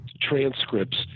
transcripts